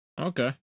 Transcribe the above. okay